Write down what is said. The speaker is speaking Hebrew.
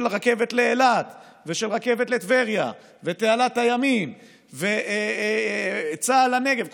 רכבת לאילת ושל רכבת לטבריה ותעלת הימים וצה"ל לנגב.